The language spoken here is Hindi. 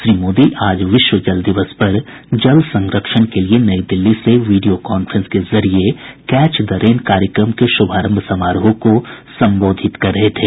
श्री मोदी आज विश्व जल दिवस पर जल संरक्षण के लिए नई दिल्ली से वीडियो कांफ्रेस के जरिये कैच द रेन कार्यक्रम के शुभारंभ समारोह को संबोधित कर रहे थे